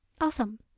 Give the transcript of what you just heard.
Awesome